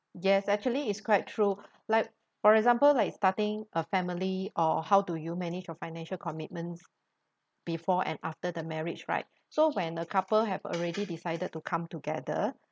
yes actually it's quite true like for example like starting a family or how do you manage your financial commitments before and after the marriage right so when a couple have already decided to come together